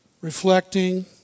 reflecting